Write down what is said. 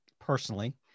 personally